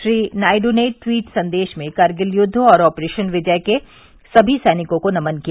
श्री नायडू ने ट्वीट संदेश में कारगिल युद्ध और ऑपरेशन विजय के सभी सैनिकों को नमन किया